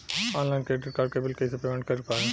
Online credit card के bill कइसे payment कर पाएम?